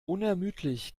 unermüdlich